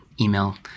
email